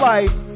Life